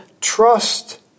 Trust